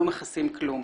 לא מכסים כלום,